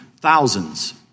thousands